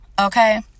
Okay